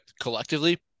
collectively